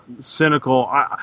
cynical